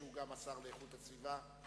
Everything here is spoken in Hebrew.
שהוא גם השר לאיכות הסביבה,